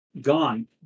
gone